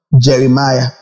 Jeremiah